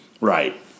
right